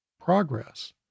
progress